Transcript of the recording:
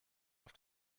auf